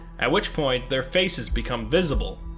at which point their faces become visible,